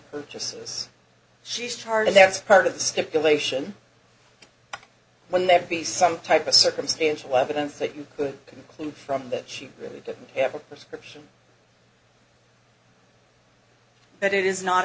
purchases she's charging that's part of the stipulation when there be some type of circumstantial evidence that you could conclude from that she really didn't have a prescription but it is not